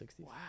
Wow